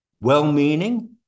well-meaning